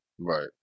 Right